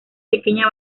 pequeña